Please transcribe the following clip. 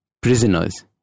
Prisoners